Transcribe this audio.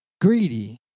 greedy